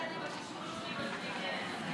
אני לא יודעת אם הכישורים שלי מספיקים.